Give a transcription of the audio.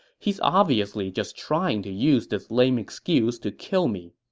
he's obviously just trying to use this lame excuse to kill me.